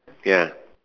ya